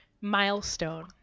milestone